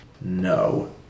No